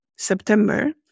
September